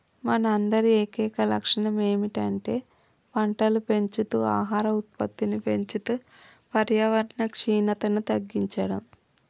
మన అందరి ఏకైక లక్షణం ఏమిటంటే పంటలు పెంచుతూ ఆహార ఉత్పత్తిని పెంచుతూ పర్యావరణ క్షీణతను తగ్గించడం